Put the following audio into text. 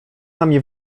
nami